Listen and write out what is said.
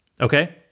okay